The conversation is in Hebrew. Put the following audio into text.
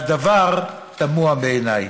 והדבר תמוה בעיניי.